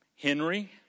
Henry